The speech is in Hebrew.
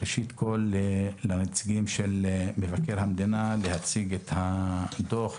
קודם כול לנציגי משרד מבקר המדינה להציג את הדוח,